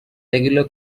regular